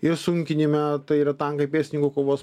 ir sunkinime tai yra tankai pėstininkų kovos